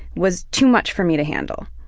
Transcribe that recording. was too much for me to handle.